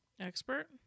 Expert